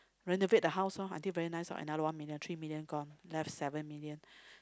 renovate the house lor until very nice lor another one million three million gone left seven million